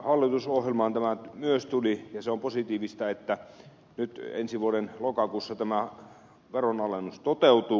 hallitusohjelmaan tämä myös tuli ja on positiivista että nyt ensi vuoden lokakuussa tämä veronalennus toteutuu